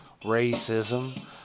racism